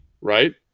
right